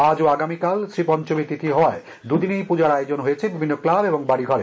আজ ও আগামীকাল শ্রীপঞ্চমী তিখি হওয়ায় দুই দিনেই পূজার আয়োজন হয়েছে বিভিন্ন ক্লাব বাড়ি ঘরে